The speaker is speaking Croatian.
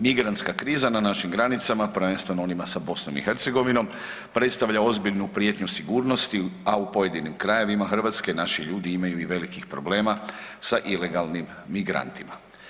Migrantska kriza na našim granicama prvenstveno onima sa Bosnom i Hercegovinom predstavlja ozbiljnu prijetnju sigurnosti, a u pojedinim krajevima Hrvatske naši ljudi imaju i velikih problema sa ilegalnim migrantima.